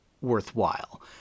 worthwhile